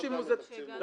גם